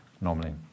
normally